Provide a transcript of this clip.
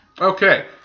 Okay